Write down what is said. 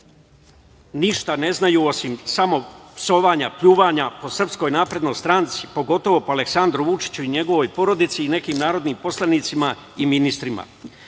ništa ne znaju osim samo psovanja, pljuvanja po SNS, pogotovo po Aleksandru Vučiću i njegovoj porodici i nekim narodnim poslanicima i ministrima. Ja